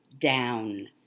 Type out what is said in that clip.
down